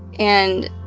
and,